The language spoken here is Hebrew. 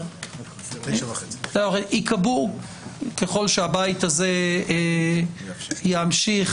ככל שהבית הזה ימשיך,